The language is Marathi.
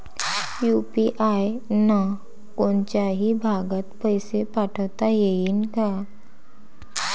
यू.पी.आय न कोनच्याही भागात पैसे पाठवता येईन का?